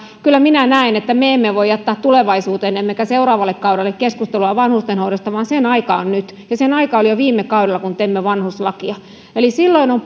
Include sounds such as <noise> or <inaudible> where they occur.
kyllä minä näen että me emme voi jättää tulevaisuuteen emmekä seuraavalle kaudelle keskustelua vanhustenhoidosta vaan sen aika on nyt sen aika oli jo viime kaudella kun teimme vanhuslakia eli silloin on <unintelligible>